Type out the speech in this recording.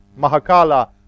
mahakala